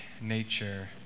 nature